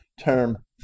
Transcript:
term